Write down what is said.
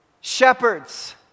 shepherds